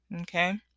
Okay